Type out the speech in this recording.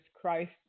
Christ